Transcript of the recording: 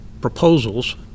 proposals